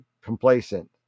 complacent